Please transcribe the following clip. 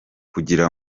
kugira